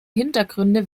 hintergründe